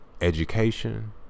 education